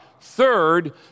Third